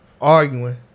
Arguing